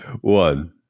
one